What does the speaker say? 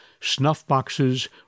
snuff-boxes